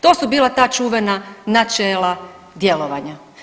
To su bila ta čuvena načela djelovanja.